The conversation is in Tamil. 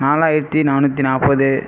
நாலாயிரத்து நானூற்றி நாற்பது